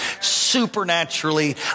supernaturally